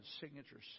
signature